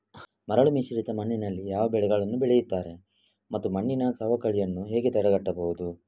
ಮರಳುಮಿಶ್ರಿತ ಮಣ್ಣಿನಲ್ಲಿ ಯಾವ ಬೆಳೆಗಳನ್ನು ಬೆಳೆಯುತ್ತಾರೆ ಮತ್ತು ಮಣ್ಣಿನ ಸವಕಳಿಯನ್ನು ಹೇಗೆ ತಡೆಗಟ್ಟಬಹುದು?